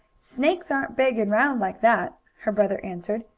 snakes aren't big and round like that, her brother answered.